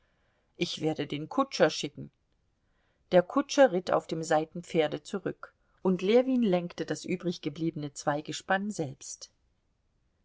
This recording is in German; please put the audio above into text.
ich werde den kutscher schicken der kutscher ritt auf dem seitenpferde zurück und ljewin lenkte das übriggebliebene zweigespann selbst